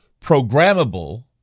programmable